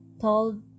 told